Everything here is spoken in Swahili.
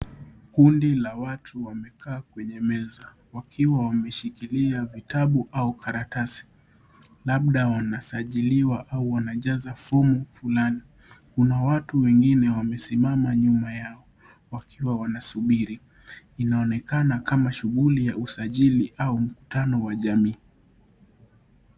Kundi la watu wamekaa kwenye meza wakiwa wameshikilia vitabu au karatasi, labda wanasajiliwa au wanajaza fomu. Kuna watu wengine wamesimama nyuma yao wakiwa wanasubiri. Inaonekana kama shughuli ya usajili au mkutano wa jamii.